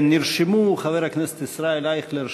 נרשמו חבר הכנסת ישראל אייכלר,